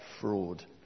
fraud